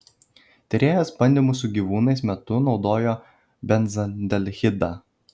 tyrėjas bandymų su gyvūnais metu naudojo benzaldehidą